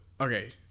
Okay